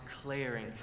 declaring